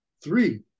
three